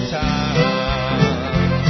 time